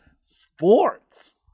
sports